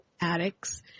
addicts